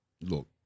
Look